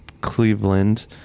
Cleveland